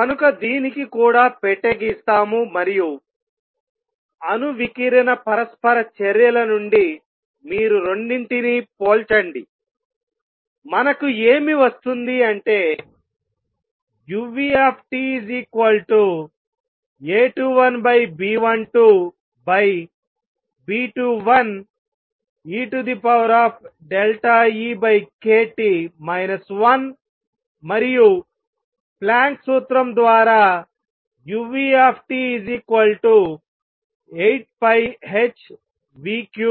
కనుక దీనికి కూడా పెట్టె గీస్తాము మరియు అణు వికిరణ పరస్పర చర్యల నుండి మీరు రెండింటినీ పోల్చండిమనకు ఏమి వస్తుంది అంటే uT A21 B12 B21 eEkT 1మరియు ప్లాంక్ సూత్రం ద్వారా uT 8πh3c3ehνkT